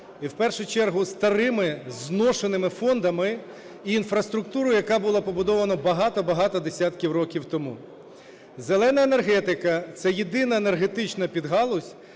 і в першу чергу із старими, зношеними фондами і інфраструктурою, яка була побудована багато-багато десятків років тому. "Зелена" енергетика – це єдина енергетична підгалузь,